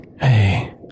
Hey